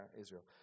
Israel